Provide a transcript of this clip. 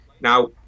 Now